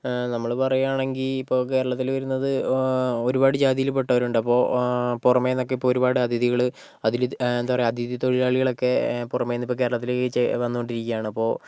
നമ്മള് പറയുവാണെങ്കിൽ ഇപ്പോൾ കേരളത്തില് വരുന്നത് ഒരുപാട് ജാതിയി ല് പെട്ടവരുണ്ട് അപ്പോൾ പുറമെന്നൊക്കെ ഇപ്പോൾ ഒരുപാട് അതിഥികള് അതില് എന്താ പറയുക അതിഥിതൊഴിലാളികളൊക്കെ പുറമെന്നിപ്പം കേരളത്തിലേക്ക് ചെ വന്നോണ്ടിരിക്കുവാണ് അപ്പോൾ